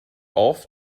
off